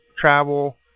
travel